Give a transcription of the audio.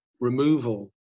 removal